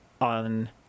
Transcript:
on